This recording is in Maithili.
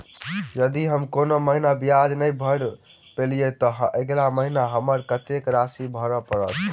यदि हम कोनो महीना ब्याज नहि भर पेलीअइ, तऽ अगिला महीना हमरा कत्तेक राशि भर पड़तय?